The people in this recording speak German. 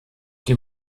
die